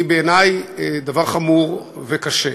ובעיני זה דבר חמור וקשה,